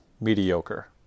mediocre